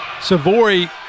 Savory